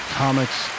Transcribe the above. comics